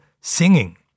singing